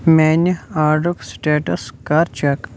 میٛانہِ آرڈرُک سِٹیٚاٹس کر چیٚک